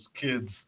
kids